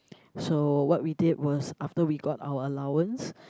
so what we did was after we got our allowance